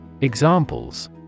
Examples